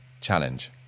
challenge